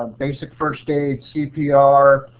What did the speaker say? um basic first aid, cpr,